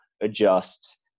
adjust